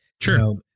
Sure